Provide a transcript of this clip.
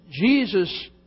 Jesus